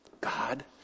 God